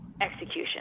execution